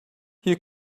you